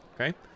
okay